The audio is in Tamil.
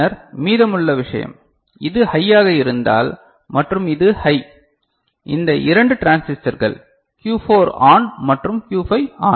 பின்னர் மீதமுள்ள விஷயம் இது ஹையாக இருந்தால் மற்றும் இது ஹை இந்த 2 டிரான்சிஸ்டர்கள் Q4 ON மற்றும் Q5 ON